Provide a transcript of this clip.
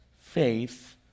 faith